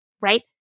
right